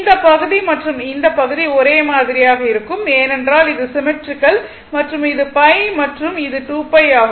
இந்த பகுதி மற்றும் இந்த பகுதி ஒரே மாதிரியாக இருக்கும் ஏனென்றால் இது சிம்மெட்ரிக்கல் மற்றும் இது π மற்றும் இது 2 π ஆகும்